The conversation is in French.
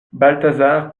balthazar